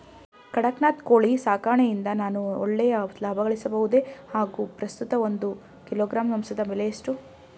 ಕಡಕ್ನಾತ್ ಕೋಳಿ ಸಾಕಾಣಿಕೆಯಿಂದ ನಾನು ಒಳ್ಳೆಯ ಲಾಭಗಳಿಸಬಹುದೇ ಹಾಗು ಪ್ರಸ್ತುತ ಒಂದು ಕಿಲೋಗ್ರಾಂ ಮಾಂಸದ ಬೆಲೆ ಎಷ್ಟು?